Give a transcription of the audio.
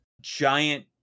giant